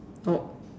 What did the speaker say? nope